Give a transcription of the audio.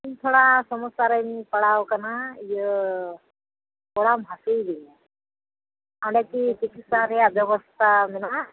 ᱤᱧ ᱛᱷᱚᱲᱟ ᱥᱚᱢᱚᱥᱥᱟ ᱨᱤᱧ ᱯᱟᱲᱟᱣ ᱟᱠᱟᱱᱟ ᱤᱭᱟᱹ ᱠᱚᱲᱟᱢ ᱦᱟᱥᱩᱭᱤᱫᱤᱧᱟ ᱚᱸᱰᱮ ᱠᱤ ᱪᱤᱠᱤᱥᱥᱟ ᱨᱮᱭᱟᱜ ᱵᱮᱵᱚᱥᱛᱟ ᱢᱮᱱᱟᱜᱼᱟ